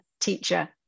teacher